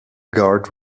guard